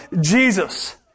Jesus